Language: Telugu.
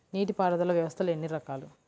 నీటిపారుదల వ్యవస్థలు ఎన్ని రకాలు?